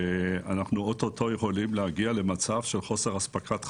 ואוטוטו יכולים להגיע למצב של חוסר אספקת חשמל,